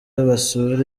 basure